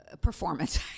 performance